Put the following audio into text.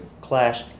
clash